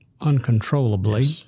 uncontrollably